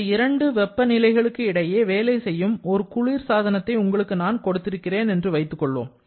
இந்த இரண்டு வெப்பநிலை களுக்கு இடையே வேலை செய்யும் ஒரு குளிர் சாதனத்தை உங்களுக்கு நான் கொடுத்திருக்கிறேன் என்று வைத்துக்கொள்வோம்